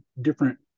different